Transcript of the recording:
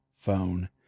phone